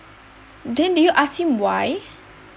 then did you ask him why